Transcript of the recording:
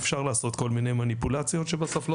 אפשר לעשות כל מיני מניפולציות שבסוף לא